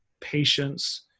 patience